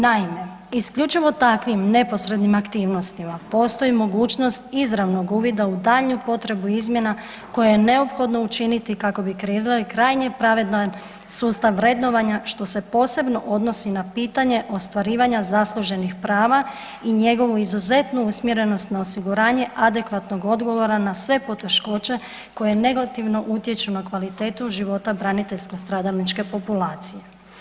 Naime, isključivo takvim neposrednim aktivnostima postoji mogućnost izravnog uvida u daljnju potrebu izmjena koje je neophodno učiniti kako bi kreirali krajnje pravedan sustav vrednovanja što se posebno odnosi na pitanje ostvarivanje zasluženih prava i njegovo izuzetnu usmjerenost na osiguranje adekvatnog odgovora na sve poteškoće koje negativnu utječu na kvalitetu života braniteljsko stradalničke populacije.